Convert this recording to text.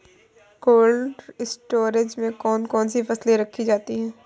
Cold storage में कौन कौन सी फसलें रखी जाती हैं?